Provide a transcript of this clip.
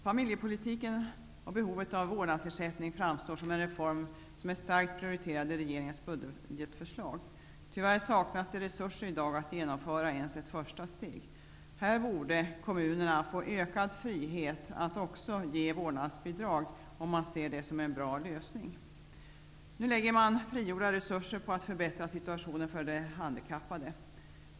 Familjepolitiken och behovet av vårdnadser sättning framstår som en reform som är starkt prioriterad i regeringens budgetförslag. Tyvärr saknas det i dag resurser för att genomföra ens ett första steg. Kommunerna borde få ökad frihet att också ge vårdnadsbidrag om det ses som en bra lösning. Nu läggs frigjorda resurser på att för bättra situationen för de handikappade.